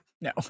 No